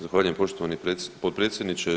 Zahvaljujem poštovani potpredsjedniče.